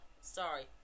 Sorry